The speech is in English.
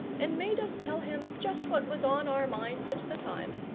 and made us tell him just what was on our minds at the time,